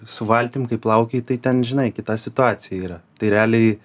su valtim kai plaukioji tai ten žinai kita situacija yra tai realiai